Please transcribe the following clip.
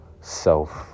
self